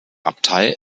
abtei